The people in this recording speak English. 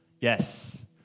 Yes